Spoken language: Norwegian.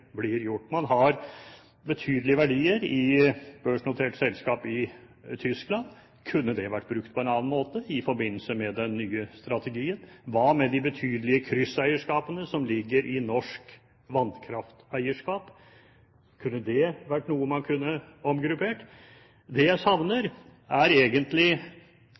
blir gjort. Man har betydelige verdier i børsnoterte selskaper i Tyskland. Kunne de vært brukt på en annen måte i forbindelse med den nye strategien? Hva med de betydelige krysseierskapene som ligger i norsk vannkrafteierskap? Kunne det vært noe man kunne omgruppert? Det jeg savner, er egentlig